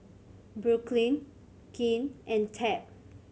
Brooklynn Quinn and Tab